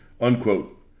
Unquote